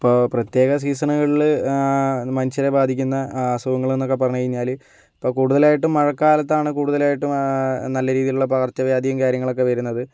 ഇപ്പോൾ പ്രത്യേക സീസണുകളില് മനുഷ്യരെ ബാധിക്കുന്ന അസുഖങ്ങളെന്നൊക്കെ പറഞ്ഞ് കയിഞ്ഞാല് ഇപ്പോൾ കൂടുതലായിട്ടും മഴക്കാലത്താണ് കൂടുതലായിട്ടും നല്ല രീതിലുള്ള പകർച്ചവ്യാധിയും കാര്യങ്ങളൊക്കെ വരുന്നത്